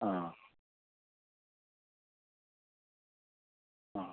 ആ